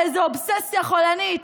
באיזו אובססיה חולנית.